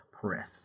Press